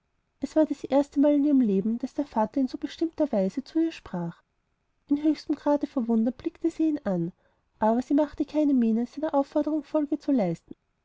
es war das erste mal in ihrem leben daß der vater in so bestimmter weise zu ihr sprach im höchsten grade verwundert blickte sie ihn an aber sie machte keine miene seiner aufforderung folge zu leisten